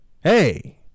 hey